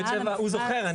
ב' (7) הוא זוכר.